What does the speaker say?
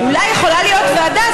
אולי יכולה להיות ועדה,